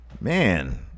Man